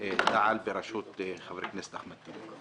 תע"ל בראשות חבר הכנסת אחמד טיבי.